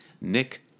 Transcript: Nick